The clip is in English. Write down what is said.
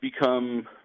become